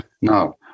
Now